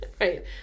Right